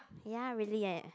ya really leh